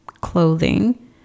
clothing